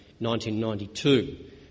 1992